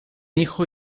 hijo